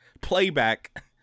playback